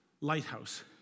lighthouse